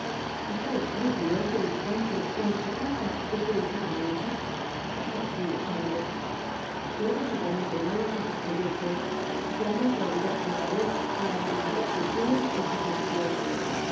dby google escrúpulo es edificante cuando se trata de seducir á una hija i hé aquí los hombres todos igualmente malos en sus proyectos lla man probidad y honradez á la debilidad que tienen en su ejecución